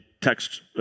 text